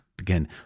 again